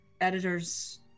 editors